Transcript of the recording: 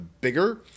bigger